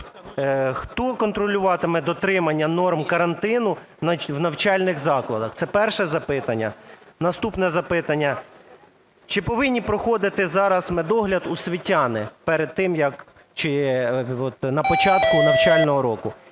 Хто контролюватиме дотримання норм карантину в навчальних закладах? Це перше запитання. Наступне запитання. Чи повинні проходити зараз медогляд освітяни на початку навчального року?